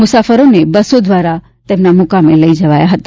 મુસાફરોને બસો દ્વારા તેમના મુકામે લઈ જવાયા હતા